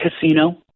Casino